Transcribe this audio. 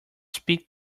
speak